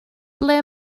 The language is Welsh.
ble